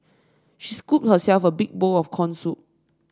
she scooped herself a big bowl of corn soup